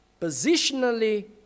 positionally